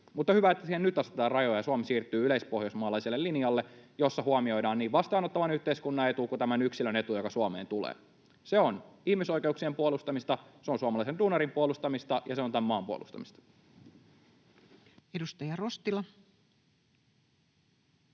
Mutta on hyvä, että siihen nyt asetetaan rajoja ja Suomi siirtyy yleispohjoismaalaiselle linjalle, jossa huomioidaan niin vastaanottavan yhteiskunnan etu kuin tämän yksilön etu, joka Suomeen tulee. Se on ihmisoikeuksien puolustamista, se on suomalaisen duunarin puolustamista, ja se on tämän maan puolustamista. [Speech 198]